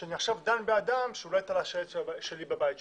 שאני אדון באדם שתלה שלט שלי בבית שלו,